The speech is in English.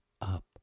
up